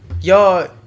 y'all